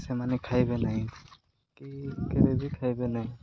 ସେମାନେ ଖାଇବେ ନାହିଁ କି କେବେ ବି ଖାଇବେ ନାହିଁ